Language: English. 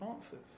answers